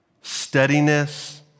steadiness